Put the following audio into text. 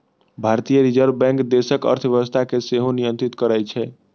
भारतीय Reserve Bank देशक अर्थव्यवस्था कें सेहो नियंत्रित करै छै